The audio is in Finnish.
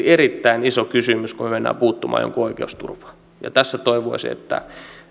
erittäin iso kysymys kun me menemme puuttumaan jonkun oikeusturvaan tässä toivoisi